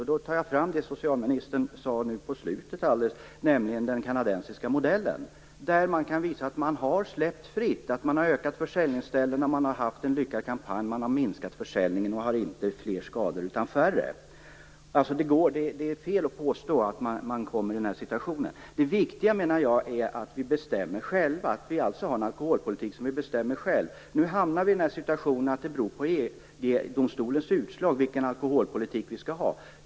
Jag vill då ta upp det som socialministern nämnde nu på slutet, nämligen den kanadensiska modellen. Där har man släppt det här fritt, ökat försäljningsställena, haft en lyckad kampanj, minskat försäljningen och inte fått fler skador utan färre. Det är alltså fel att påstå att man kommer i den här situationen. Det viktiga, menar jag, är att vi har en alkoholpolitik som vi bestämmer själva. Nu hamnar vi i den situationen att det beror på EG-domstolens utslag vilken alkoholpolitik vi skall ha.